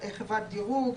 חברת דירוג,